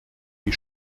die